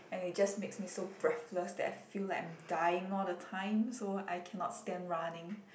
and it just makes me so breathless that I feel like I'm dying all the time so I cannot stand running